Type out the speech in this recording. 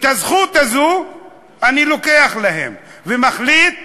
את הזכות הזו אני לוקח להם, ומחליט